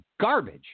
garbage